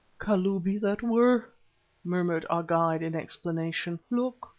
kalubi-that-were! murmured our guide in explanation. look,